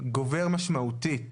גובר משמעותית.